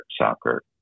soccer